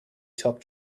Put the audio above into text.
top